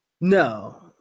no